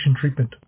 treatment